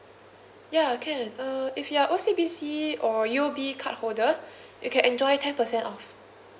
ya can uh if you are O_C_B_C or U_O_B cardholder you can enjoy ten percent off